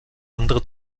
andere